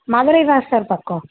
மதுரை தான் சார் பக்கம்